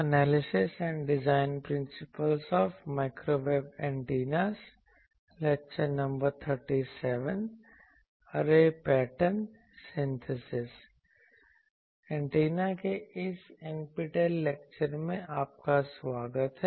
antenna के इस NPTEL lecture में आपका स्वागत है